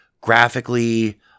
graphically